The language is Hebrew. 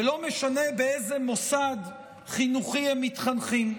ולא משנה באיזה מוסד חינוכי הם מתחנכים.